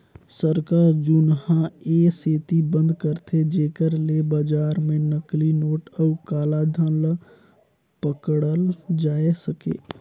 सरकार जुनहा ए सेती बंद करथे जेकर ले बजार में नकली नोट अउ काला धन ल पकड़ल जाए सके